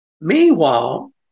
meanwhile